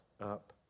up